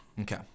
Okay